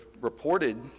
reported